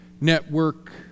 network